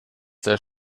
der